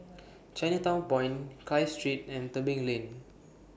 Chinatown Point Clive Street and Tebing Lane